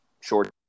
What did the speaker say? short